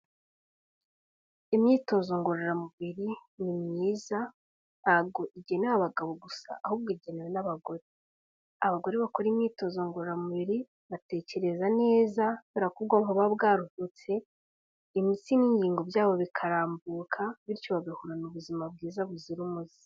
Imyitozo ngororamubiri ni myiza ntabwo igenewe abagabo gusa ahubwo igenewe n'abagore. Abagore bakora imyitozo ngororamubiri batekereza neza kubera ko ubwonko buba bwaruhutse, imitsi n'inkingo byabo bikarambuka. Bityo bagahorana ubuzima bwiza buzira umuze.